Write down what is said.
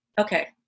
okay